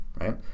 right